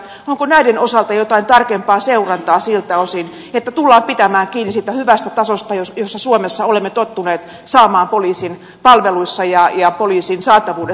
onko näiden osalta jotain tarkempaa seurantaa siltä osin että tullaan pitämään kiinni siitä hyvästä tasosta johon suomessa olemme tottuneet poliisin palveluissa ja poliisin saatavuudessa paikalle